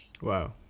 Wow